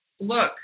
look